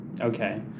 Okay